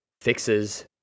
fixes